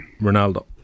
Ronaldo